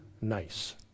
nice